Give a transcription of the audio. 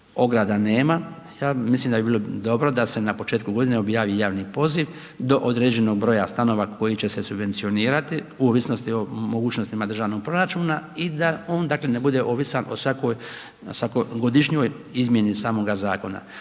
ograda nema, mislim da bi bilo dobro, da se na početku godine, objavi javni poziv do određenog broja stanova, koje će se subvencionirati, o ovisnosti o mogućnostima državnog proračuna i da on, dakle ne bude ovisan o svakoj godišnjoj izmjeni samoga zakona.